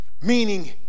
meaning